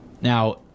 Now